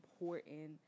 important